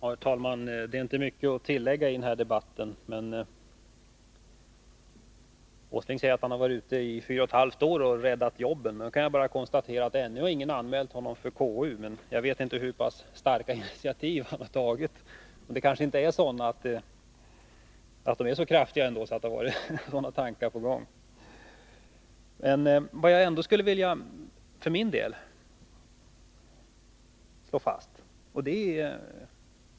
Herr talman! Det är inte mycket att tillägga i den här debatten. Nils Åsling säger att han har hållit på i fyra och ett halvt år och räddat jobben. Jag kan bara konstatera att ännu har ingen anmält honom för konstitutionsutskottet, men jag vet inte hur pass starka initiativ han har tagit. De är kanske inte så kraftiga att de givit upphov till tankar på någonting sådant.